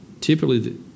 typically